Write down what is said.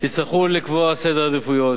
תצטרכו לקבוע סדר עדיפויות.